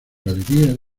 galerías